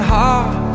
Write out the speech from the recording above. Heart